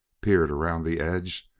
peered around the edge,